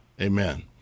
Amen